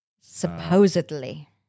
supposedly